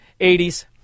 80s